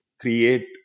create